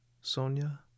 Sonia